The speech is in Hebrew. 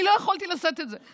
אני לא יכולתי לשאת את זה.